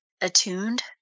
attuned